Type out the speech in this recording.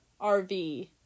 RV